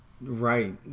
right